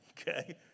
okay